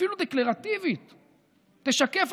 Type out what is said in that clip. אפילו דקלרטיבית,